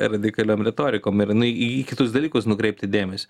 radikaliom retorikom ir nu į į kitus dalykus nukreipti dėmesį